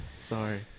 Sorry